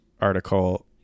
article